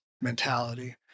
mentality